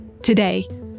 Today